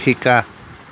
শিকা